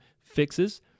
fixes